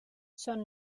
són